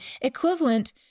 equivalent